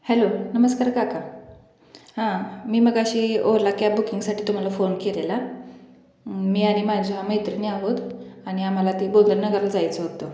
hello नमस्कार काका हा मी मघाशी ओला कॅब बुकिंगसाठी तुम्हाला फोन केलेला मी आणि माझ्या मैत्रिणी आहोत आणि आम्हाला ते बोनधेनगरला जायचं होतं